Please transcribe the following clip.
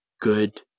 good